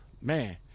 man